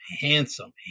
handsome